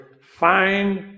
find